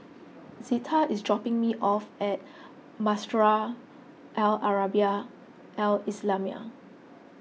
Zetta is dropping me off at Madrasah Al Arabiah Al Islamiah